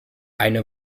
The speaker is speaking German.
eine